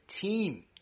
team